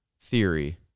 theory